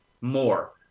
more